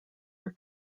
were